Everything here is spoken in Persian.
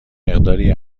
مقداری